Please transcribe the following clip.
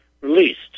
released